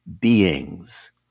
beings